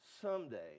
someday